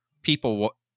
people